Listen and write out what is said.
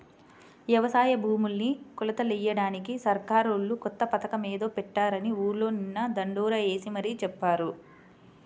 యవసాయ భూముల్ని కొలతలెయ్యడానికి సర్కారోళ్ళు కొత్త పథకమేదో పెట్టారని ఊర్లో నిన్న దండోరా యేసి మరీ చెప్పారు